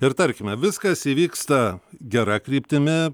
ir tarkime viskas įvyksta gera kryptimi